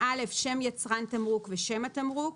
" (א)שם יצרן תמרוק ושם התמרוק,